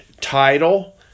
title